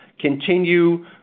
continue